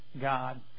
God